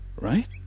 right